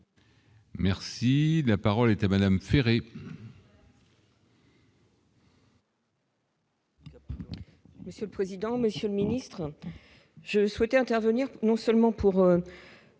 Merci, la parole est à madame Ferré. Monsieur le président, Monsieur le ministre, je souhaitais intervenir non seulement pour